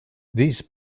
these